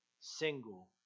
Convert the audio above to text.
single